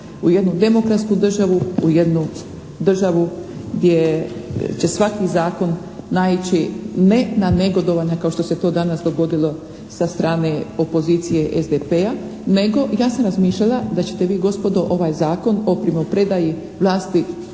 U jednu demokratsku državu, u jednu državu gdje će svaki zakon naići ne na negodovanja kao što se to danas dogodilo sa strane opozicije SDP-a nego, ja sam razmišljala da ćete vi gospodo ovaj Zakon o primopredaji vlasti